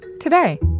Today